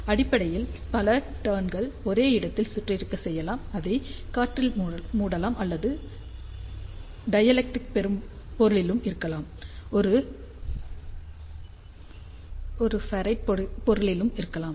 அடிப்படையில் பல டர்ங்கள் ஒரே இடத்தில் சுற்றிருக்க செய்யலாம் அதை காற்றில் மூடலாம் அல்லது அது டைஎலெக்ட்ரிக் பொருளிலும் இருக்கலாம் ஒரு ஃபெரைட் பொருளிலும் இருக்கலாம்